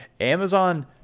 Amazon